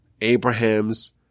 Abraham's